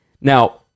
Now